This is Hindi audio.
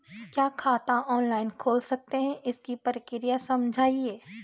क्या खाता ऑनलाइन खोल सकते हैं इसकी प्रक्रिया समझाइए?